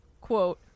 quote